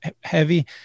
heavy